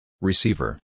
Receiver